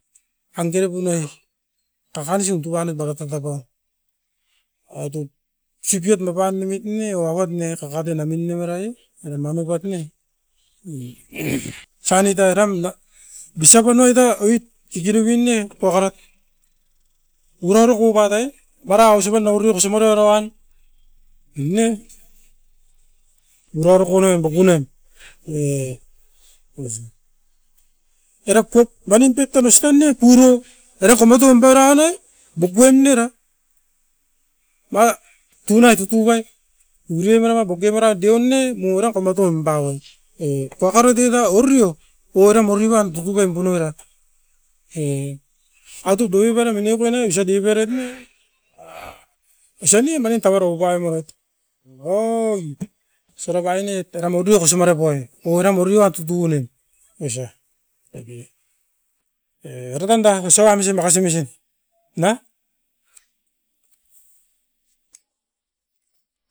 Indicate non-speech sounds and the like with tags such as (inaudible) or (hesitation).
an tera punai. Taka nisium tupanoit naua tin tapaun autup sipiot napan omit ne o awat no kakatoi namin nem era'i era mani oupat ne, (hesitation) sanit airan na bisa panoit a oit kikiruvin ne, pua karat (noise) ura roku bakai, bara osipan au riu kosimorio oro uan in'e murau roko noim bakunem e, (noise) erap pep mani pep tan ostan ne kuro, era tomatoim barau nai bokuen era, mai tunai tutu vai uri e merava bokiam era dion ne, mura komotoim ba'on. E tuakarut oit a ororio, ou eram oriban kukuveim pun novera, e autup dovivara minikue ne osat deuparoit ne, osoa niem manin tauara okai marat, (noise) oin surapai noit eram udiot kosimari poi, oiram ori'a tutu ounim oisa. (unintelligible) E era pan dan oso uamisin makasi misin, na